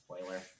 spoiler